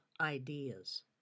ideas